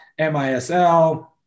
MISL